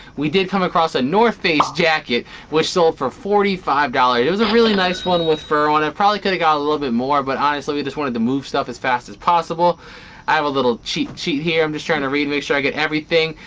we did come across a north face jacket which sold for? forty five dollars. it was a really nice one with fur one i probably could have got a little bit more, but honestly, we just wanted to move stuff as fast as possible i have a little cheat sheet here. i'm just trying to read make sure i get everything.